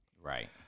Right